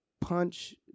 punch